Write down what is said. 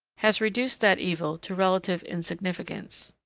has reduced that evil to relative insignificance.